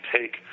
take